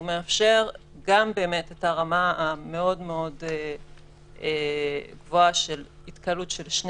הוא מאפשר גם באמת את הרמה המאוד מאוד גבוהה של התקהלות שני